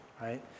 right